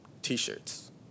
t-shirts